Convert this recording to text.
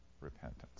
repentance